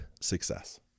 success